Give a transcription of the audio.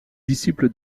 disciple